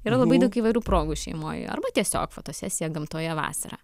yra labai daug įvairių progų šeimoj arba tiesiog fotosesija gamtoje vasarą